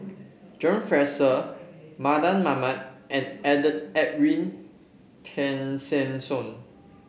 John Fraser Mardan Mamat and Edwin Tessensohn